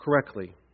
correctly